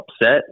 upset